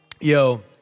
Yo